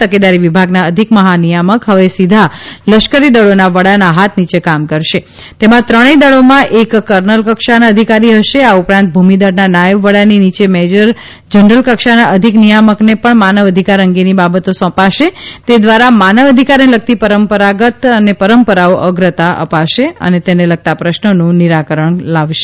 તકેદારી વિભાગના અધિક મહાનિયામક હવે સીધા લશ્કરી દળોના વડાના હાથ નીચે કામ કરશે તેમાં ત્રણેય દળોમાંથી એક કર્નલકક્ષાના અધિકારી હશે આ ઉપરાંત ભૂમિદળના નાયબ વડાની નીચે મેજર જનરલ કક્ષાના અધિક મહાનિયામકને માનવ અધિકાર અંગેની બાબતો સોંપાશે તે દ્વારા માનવ અધિકારને લગતી પરંપરાઓને અગ્રતા અપાશે અને તેને લગતાં પ્રશ્નોનું નીરાકરણ લાવશે